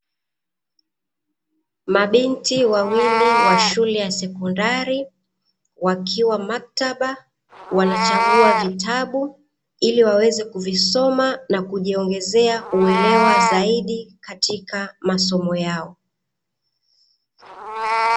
Mabinti wawili wa shule ya sekondari wakiwa makataba wanachagua vitabu, ili waweze kuvisoma na kujiongezea uelewa zaidi katika masomo yao.